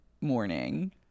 morning